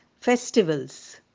festivals